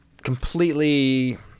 Completely